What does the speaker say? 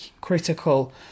critical